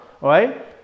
Right